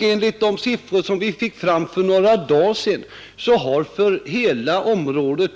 Enligt de siffror vi fick fram för några dagar sedan har i hela området